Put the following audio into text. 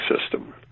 system